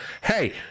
hey